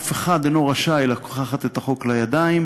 אף אחד אינו רשאי לקחת את החוק לידיים,